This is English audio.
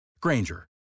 Granger